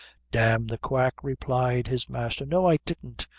damn the quack! replied his master no, i didn't.